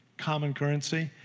common currency.